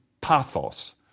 pathos